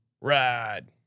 ride